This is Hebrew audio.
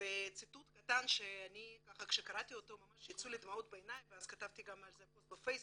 בציטוט קטן שכשקראתי אותו עמדו לי דמעות בעיניים וכתבתי פוסט בפייסבוק.